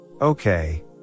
Okay